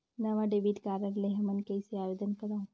नवा debit card ले हमन कइसे आवेदन करंव?